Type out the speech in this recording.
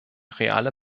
reale